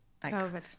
COVID